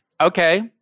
Okay